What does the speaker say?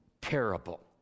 parable